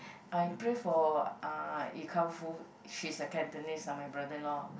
I pray for uh she's a Cantonese ah my brother-in-law